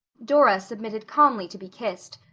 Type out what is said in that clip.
dora submitted calmly to be kissed,